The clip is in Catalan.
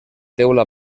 teula